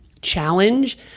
challenge